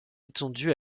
étendu